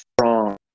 strong